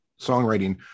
songwriting